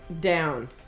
down